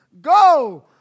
go